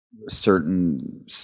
certain